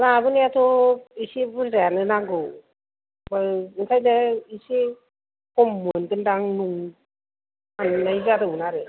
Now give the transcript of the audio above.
लाबोनायाथ' एसे बुरजायानो नांगौ ओंखायनो एसे खम मोनगोनदां नं सोंनाय जादोंमोन आरो